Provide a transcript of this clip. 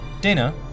Dana